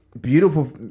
beautiful